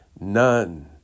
none